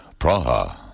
Praha